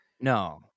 No